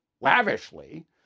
lavishly